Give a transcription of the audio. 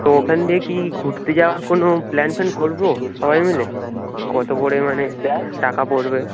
তো ওখান দিয়ে কি ঘুরতে যাওয়ার কোনো প্ল্যান ফ্যান করব সবাই মিলে কত করে মানে টাকা পড়বে